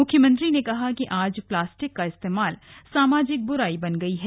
मुख्यमंत्री ने कहा कि आज प्लास्टिक का इस्तेमाल सामाजिक बुराई बन गई है